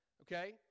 okay